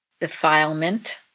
defilement